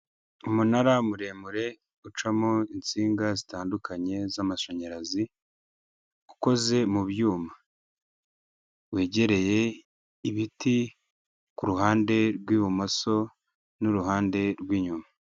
Umunara muremure ucamo itsinga zitandukanye z'amashanyarazi, ukoze mu byuma wegereye ibiti kuruhande rw'ibumoso n'uruhande rw'inyuma.